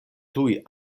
tuj